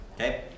okay